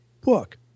book